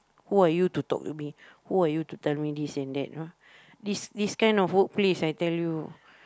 who are you to talk to me who are you to tell me this and that you know this this kind of workplace I tell you